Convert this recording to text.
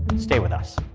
stay with us